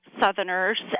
southerners